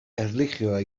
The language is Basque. erlijioa